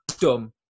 Dumb